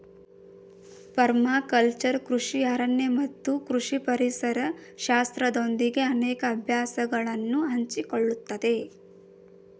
permaculture ಕೃಷಿ ಅರಣ್ಯ ಮತ್ತು ಕೃಷಿ ಪರಿಸರ ಶಾಸ್ತ್ರದೊಂದಿಗೆ ಅನೇಕ ಅಭ್ಯಾಸಗಳನ್ನು ಹಂಚಿಕೊಳ್ಳುತ್ತದೆ